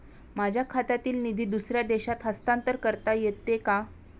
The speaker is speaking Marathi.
माझ्या खात्यातील निधी दुसऱ्या देशात हस्तांतर करता येते का?